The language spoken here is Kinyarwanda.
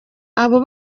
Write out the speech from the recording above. abo